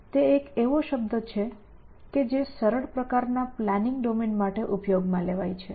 તે એક એવો શબ્દ છે કે જે સરળ પ્રકારના પ્લાનિંગ ડોમેન્સ માટે ઉપયોગમાં લેવાય છે